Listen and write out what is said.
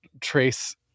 trace